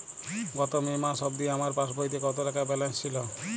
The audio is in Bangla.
গত মে মাস অবধি আমার পাসবইতে কত টাকা ব্যালেন্স ছিল?